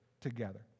together